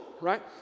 right